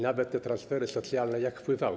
Nawet te transfery socjalne jak wpływały?